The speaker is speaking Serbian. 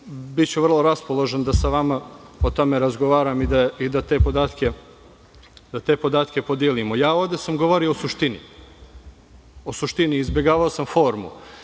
Biću vrlo raspoložen da sa vama o tome razgovaram i da te podatke podelimo. Ovde sam govorio o suštini, izbegavao sam formu